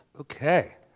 Okay